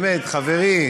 באמת, חברי.